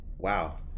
Wow